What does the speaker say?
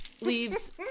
leaves